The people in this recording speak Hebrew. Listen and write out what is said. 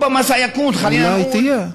אולי תהיה.)